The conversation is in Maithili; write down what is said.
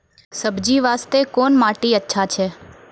सब्जी बास्ते कोन माटी अचछा छै?